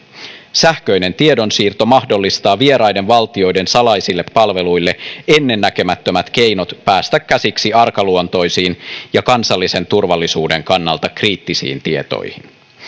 sähköinen tiedonsiirto mahdollistaa vieraiden valtioiden salaisille palveluille ennennäkemättömät keinot päästä käsiksi arkaluontoisiin ja kansallisen turvallisuuden kannalta kriittisiin tietoihin